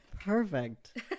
Perfect